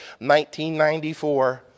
1994